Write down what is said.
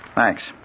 Thanks